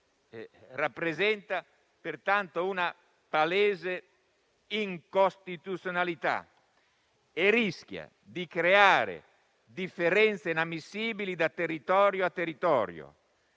rappresenta pertanto una palese incostituzionalità e rischia di creare differenze inammissibili da territorio a territorio.